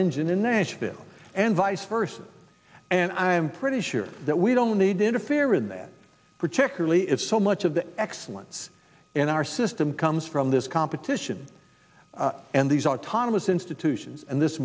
engine in nashville and vice versa and i'm pretty sure that we don't need to interfere in that particularly if so much of the excellence in our system comes from this competition and these autonomous institutions and this